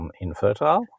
infertile